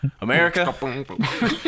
America